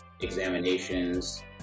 examinations